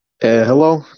Hello